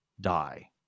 die